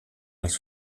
las